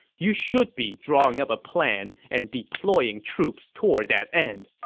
you should be drawing up a plan and deploying troops toward that end.